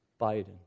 Biden